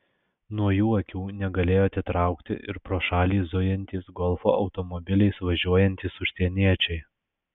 nuo jų akių negalėjo atitraukti ir pro šalį zujantys golfo automobiliais važiuojantys užsieniečiai